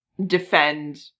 defend